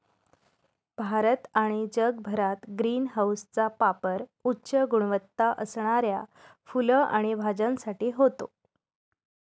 भारत आणि जगभरात ग्रीन हाऊसचा पापर उच्च गुणवत्ता असणाऱ्या फुलं आणि भाज्यांसाठी होतो